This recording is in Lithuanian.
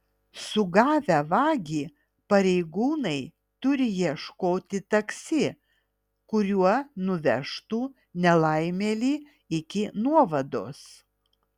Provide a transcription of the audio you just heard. sugavę vagį pareigūnai turi ieškoti taksi kuriuo nuvežtų nelaimėlį iki nuovados